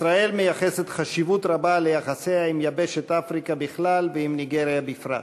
ישראל מייחסת חשיבות רבה ליחסיה עם יבשת אפריקה בכלל ועם ניגריה בפרט.